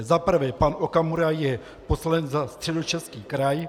Za prvé, pan Okamura je poslanec za Středočeský kraj.